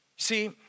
See